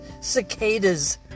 cicadas